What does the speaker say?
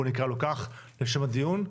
בוא נקרא לו כך לשם הדיון.